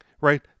right